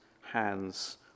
hands